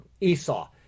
Esau